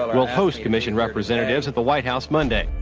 will host commission representatives at the white house, monday.